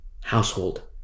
Household